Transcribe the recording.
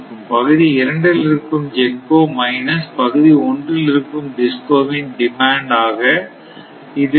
பகுதி 2 இல் இருக்கும் GENCO மைனஸ் பகுதி 1 இல் இருக்கும் DISCO வின் டிமாண்ட் ஆக இது இருக்கும்